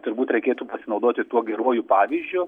turbūt reikėtų pasinaudoti tuo geruoju pavyzdžiu